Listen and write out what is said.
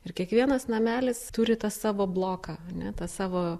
ir kiekvienas namelis turi tą savo bloką ane tą savo